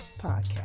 podcast